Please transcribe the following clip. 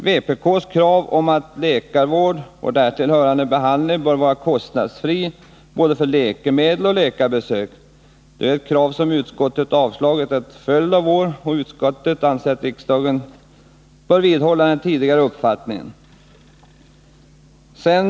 Vpk:s krav på att all läkarvård och därtill hörande behandling bör vara kostnadsfri i vad avser både läkemedel och läkarbesök har utskottet avstyrkt under en följd av år. Utskottet anser att riksdagen bör vidhålla sin tidigare uppfattning.